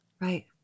Right